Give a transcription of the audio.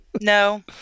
No